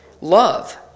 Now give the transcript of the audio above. love